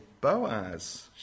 Boaz